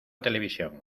televisión